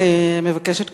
אני מבקשת,